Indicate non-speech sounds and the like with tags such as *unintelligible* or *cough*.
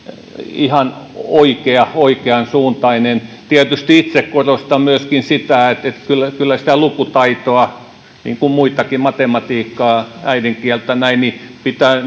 ihan oikea oikeansuuntainen tietysti itse korostan myöskin sitä että kyllä kyllä sitä lukutaitoa niin kuin muitakin matematiikkaa äidinkieltä pitää *unintelligible*